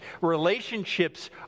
relationships